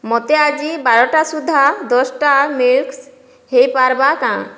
ମତେ ଆଜି ବାରଟା ସୁଦ୍ଧା ଦଶ୍ଟା ମିଲ୍ସ ହେଇ ପର୍ବା କାଁ